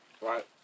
Right